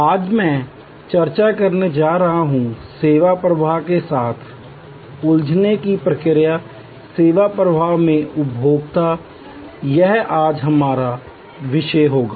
आज मैं चर्चा करने जा रहा हूं सेवा प्रवाह के साथ उलझने की प्रक्रिया सेवा प्रवाह में उपभोक्ता यह आज का हमारा विषय होगा